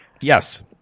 Yes